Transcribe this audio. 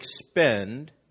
expend